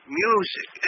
music